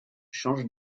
change